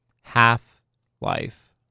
Half-Life